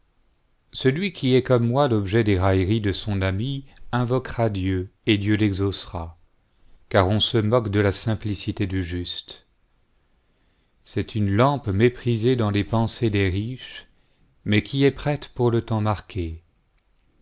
celui qui est comme moi l'objet des railleries de son ami invoquera dieu et dieu l'exaucera car on se moque de la bimplicité du juste c'est une lampe méprisée dans les pensées des riches mais qui est prête pour le temps marqué